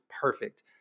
perfect